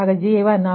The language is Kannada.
ಆಗಿರುತ್ತದೆ